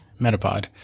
Metapod